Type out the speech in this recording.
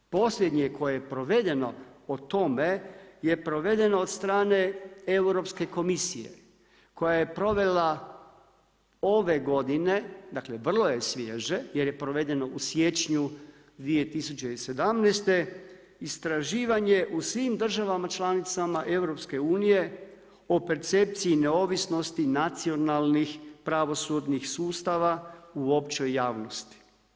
Posljednje koje je provedeno o tome je provedeno od strane Europske komisije koja je provela ove godine, dakle vrlo je svježe jer je provedeno u siječnju 2017., istraživanje u svim državama članicama EU o percepciji neovisnosti nacionalnih, pravosudnih sustava u općoj javnosti.